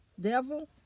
Devil